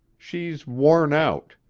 she's worn out,